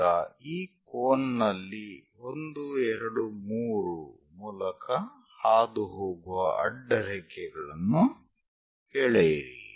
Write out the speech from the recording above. ಈಗ ಈ ಕೋನ್ನಲ್ಲಿ 1 2 3 ಮೂಲಕ ಹಾದುಹೋಗುವ ಅಡ್ಡರೇಖೆಗಳನ್ನು ಎಳೆಯಿರಿ